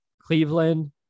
cleveland